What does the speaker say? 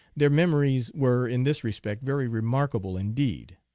their memories were in this respect very remarkable indeed.